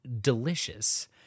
delicious